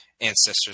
ancestors